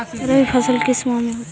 रवि फसल किस माह में होते हैं?